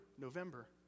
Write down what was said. November